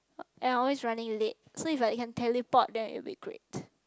and I am always running late so if I can teleport then it will be great